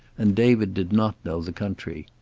and david did not know the country.